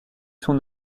son